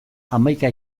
hamaika